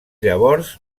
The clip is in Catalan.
llavors